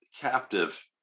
Captive